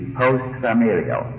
post-familial